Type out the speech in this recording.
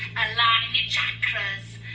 align your chakras,